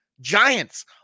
giants